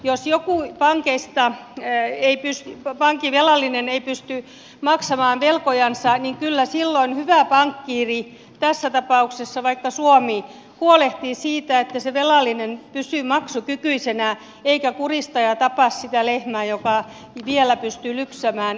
jos joku pankin velallinen ei pysty maksamaan velkojansa niin kyllä silloin hyvä pankkiiri tässä tapauksessa vaikka suomi huolehtii siitä että se velallinen pysyy maksukykyisenä eikä kurista ja tapa sitä lehmää joka vielä pystyy lypsämään